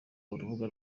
urubuga